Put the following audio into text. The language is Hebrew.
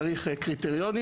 צריך קריטריונים.